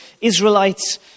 Israelites